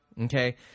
okay